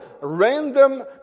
random